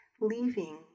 leaving